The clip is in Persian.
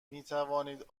میتوانید